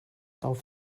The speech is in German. auf